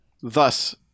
Thus